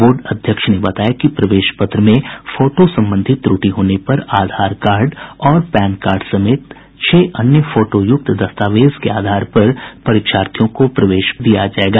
board अध्यक्ष ने बताया कि प्रवेश पत्र में फोटो संबंधी त्रुटि होने पर आधार कार्ड और पैन कार्ड समेत छह अन्य फोटोयुक्त दस्तावेज के आधार पर परीक्षार्थियों को प्रवेश दिया जायेगा